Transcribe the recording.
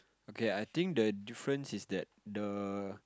okay I think the different is that the